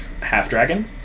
half-dragon